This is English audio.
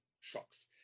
shocks